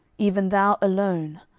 even thou alone,